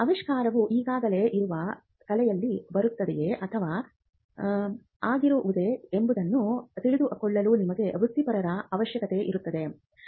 ಆವಿಷ್ಕಾರವು ಈಗಾಗಲೇ ಇರುವ ಕಲೆಯಲ್ಲಿ ಬರುತ್ತದೆಯೇ ಅಥವಾ ಆಗಿರುವುದೇ ಎಂಬುದನ್ನು ತಿಳಿದುಕೊಳ್ಳಲು ನಿಮಗೆ ವೃತ್ತಿಪರರ ಅವಶ್ಯವಿರುತ್ತದೆ